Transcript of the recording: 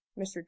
mr